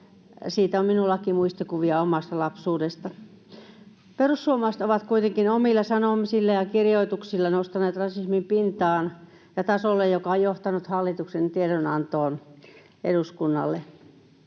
siitä on minullakin muistikuvia omasta lapsuudesta. Perussuomalaiset ovat kuitenkin omilla sanomisillaan ja kirjoituksillaan nostaneet rasismin pintaan ja tasolle, joka on johtanut hallituksen tiedonantoon eduskunnalle.